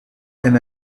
aime